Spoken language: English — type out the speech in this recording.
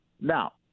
Now